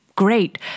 great